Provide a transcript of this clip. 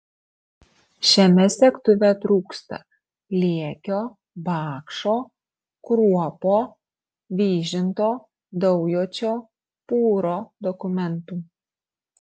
šiame segtuve trūksta liekio bakšo kruopo vyžinto daujočio pūro dokumentų